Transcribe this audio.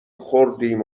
ﮔﺮﮔﺎﻥ